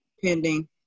pending